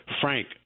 Frank